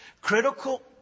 Critical